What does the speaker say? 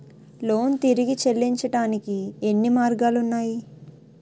Loan తిరిగి చెల్లించటానికి ఎన్ని మార్గాలు ఉన్నాయి?